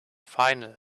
final